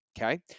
okay